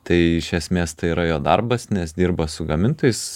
tai iš esmės tai yra jo darbas nes dirba su gamintojais